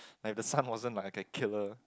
like the sun wasn't like a killer